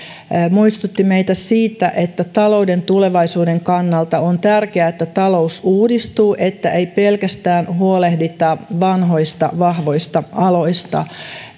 muistutti meitä siitä että talouden tulevaisuuden kannalta on tärkeää että talous uudistuu että ei pelkästään huolehdita vanhoista vahvoista aloista